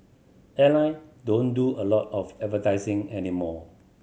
airline don't do a lot of advertising anymore